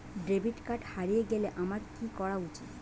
Debit card হারিয়ে গেলে আমার কি করা উচিৎ?